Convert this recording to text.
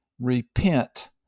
repent